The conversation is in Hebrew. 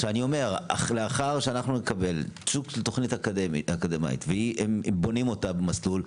לאחר שאנחנו נקבל תוכנית אקדמית והם בונים אותה במסלול,